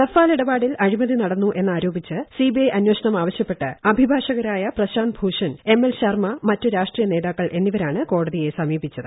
Rafale ഇടപാടിൽ അഴിമതി ക്കട്ന്നു എന്നാരോപിച്ച് സി ബി ഐ അന്വേഷണം ആവശ്യപ്പെട്ട് അഭിഭാഷകരായ പ്രശാന്ത് ഭൂഷൺ എം എൽ ശർമ്മ മറ്റ് രാഷ്ട്രീയ നേതാക്കൾ എന്നിവരാണ് കോടതിയെ സമീപിച്ചത്